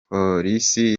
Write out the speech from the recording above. polisi